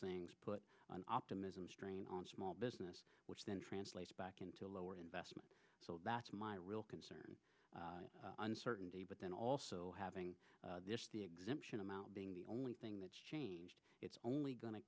things put an optimism strain on small business which then translates back into lower investment so that's my real concern uncertainty but then also having the exemption amount being the only thing that's changed it's only go